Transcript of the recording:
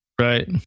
Right